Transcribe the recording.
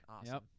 Awesome